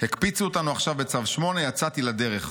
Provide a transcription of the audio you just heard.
'הקפיצו אותנו עכשיו בצו 8, יצאתי לדרך.